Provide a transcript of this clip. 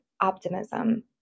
optimism